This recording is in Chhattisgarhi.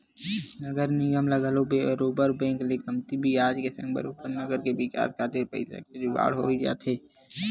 नगर निगम ल घलो बरोबर बेंक ले कमती बियाज के संग बरोबर नगर के बिकास खातिर पइसा के जुगाड़ होई जाथे